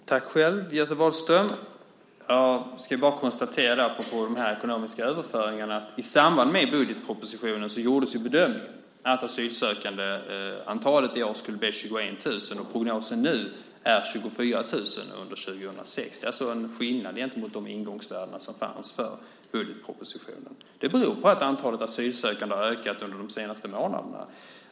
Fru talman! Tack själv, Göte Wahlström. Jag ska bara apropå de ekonomiska överföringarna konstatera att i samband med budgetpropositionen gjordes bedömningen att antalet asylsökande i år skulle bli 21 000. Och prognosen nu är 24 000 under 2006. Det är alltså en skillnad gentemot de ingångsvärden som fanns för budgetpropositionen. Det beror på att antalet asylsökande har ökat under de senaste månaderna.